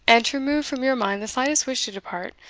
and to remove from your mind the slightest wish to depart,